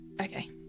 okay